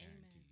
Amen